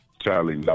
Charlie